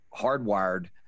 hardwired